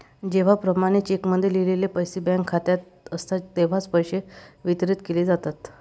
जेव्हा प्रमाणित चेकमध्ये लिहिलेले पैसे बँक खात्यात असतात तेव्हाच पैसे वितरित केले जातात